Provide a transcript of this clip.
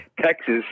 Texas